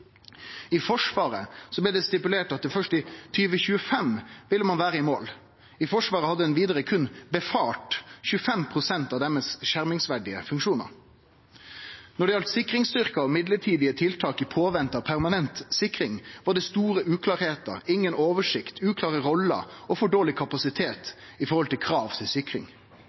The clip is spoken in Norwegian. I Forsvaret blei det stipulert at først i 2025 ville ein vere i mål. I Forsvaret hadde ein vidare berre synfart 25 pst. av dei skjermingsverdige funksjonane sine. Når det gjaldt sikringsstyrkar og mellombelse tiltak mens ein venta på permanent sikring, var det mykje uklart, inga oversikt, uklare roller og for dårleg kapasitet i forhold til krav til sikring.